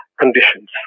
conditions